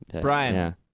Brian